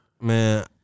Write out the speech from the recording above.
Man